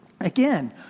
Again